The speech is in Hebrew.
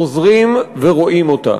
חוזרים ורואים אותה.